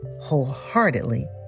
wholeheartedly